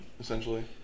essentially